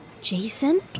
Jason